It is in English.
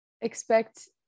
expect